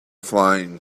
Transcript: flying